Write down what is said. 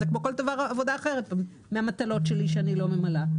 זה כמו כל עבודה אחרת שאני לא מגיעה אליה.